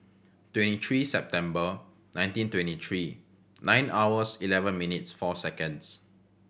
twenty three September nineteen twenty three nine hours eleven minutes four seconds